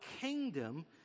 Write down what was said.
kingdom